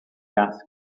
gas